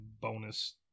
bonus